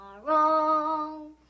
tomorrow